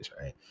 right